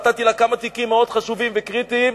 נתתי לה כמה תיקים מאוד חשובים וקריטיים,